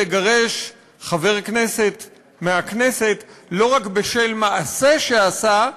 לגרש חבר כנסת מהכנסת לא רק בשל מעשה שעשה,